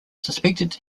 suspected